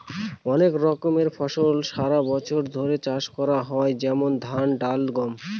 অনেক রকমের ফসল সারা বছর ধরে চাষ করা হয় যেমন ধান, ডাল, গম